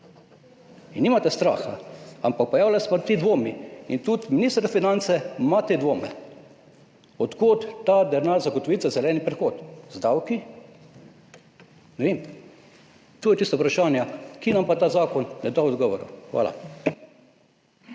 in nimate strahu. Ampak pojavljajo se pa ti dvomi. Tudi minister za finance ima te dvome, od kod ta denar zagotoviti za zeleni prehod. Z davki? Ne vem, to je tisto vprašanje, ma katero nam pa ta zakon ne da odgovora. Hvala.